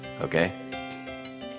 okay